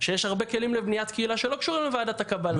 שיש הרבה כלים לבנית קהילה שלא קשורים לוועדת הקבלה.